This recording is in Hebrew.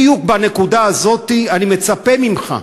בדיוק בנקודה הזאת אני מצפה ממך,